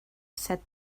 said